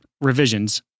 revisions